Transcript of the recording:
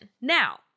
Now